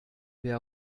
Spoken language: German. wer